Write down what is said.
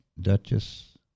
Duchess